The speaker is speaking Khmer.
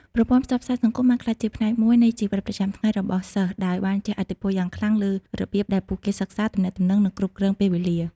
ប្រព័ន្ធផ្សព្វផ្សាយសង្គមបានក្លាយជាផ្នែកមួយនៃជីវិតប្រចាំថ្ងៃរបស់សិស្ស ដោយបានជះឥទ្ធិពលយ៉ាងខ្លាំងលើរបៀបដែលពួកគេសិក្សា ទំនាក់ទំនង និងគ្រប់គ្រងពេលវេលា។